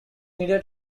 needed